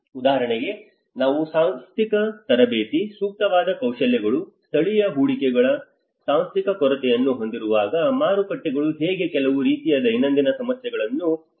ಉದಾಹರಣೆಗೆ ನಾವು ಸಾಂಸ್ಥಿಕ ತರಬೇತಿ ಸೂಕ್ತವಾದ ಕೌಶಲ್ಯಗಳು ಸ್ಥಳೀಯ ಹೂಡಿಕೆಗಳ ಸಾಂಸ್ಥಿಕ ಕೊರತೆಯನ್ನು ಹೊಂದಿರುವಾಗ ಮಾರುಕಟ್ಟೆಗಳು ಹೇಗೆ ಕೆಲವು ರೀತಿಯ ದೈನಂದಿನ ಸಮಸ್ಯೆಗಳನ್ನು ಸೃಷ್ಟಿಸುತ್ತವೆ